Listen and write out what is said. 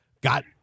got